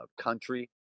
country